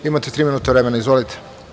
Imate tri minuta vremena, izvolite.